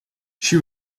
she